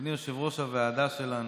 אדוני יושב-ראש הוועדה שלנו,